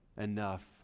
enough